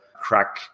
crack